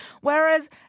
whereas